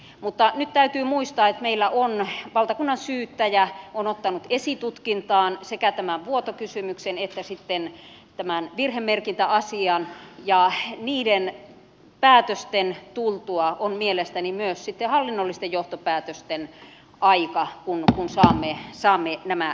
mutta nyt täytyy muistaa että meillä on valtakunnansyyttäjä ottanut esitutkintaan sekä tämän vuotokysymyksen että sitten tämän virhemerkintäasian ja niiden päätösten tultua on mielestäni myös sitten hallinnollisten johtopäätösten aika kun saamme nämä selvitykset